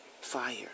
fire